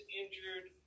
injured